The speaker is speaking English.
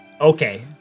Okay